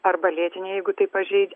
arba lėtinė jeigu tai pažeidžia